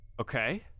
Okay